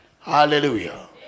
Hallelujah